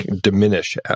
diminish